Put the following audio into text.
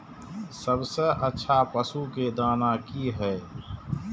सबसे अच्छा पशु के दाना की हय?